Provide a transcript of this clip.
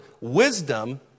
wisdom